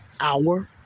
hour